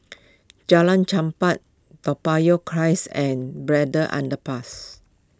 Jalan Chempah Toa Payoh Crest and Braddell Underpass